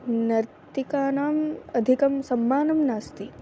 नर्तिकानाम् अधिकं सम्मानः नास्ति